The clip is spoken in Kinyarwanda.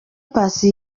paccy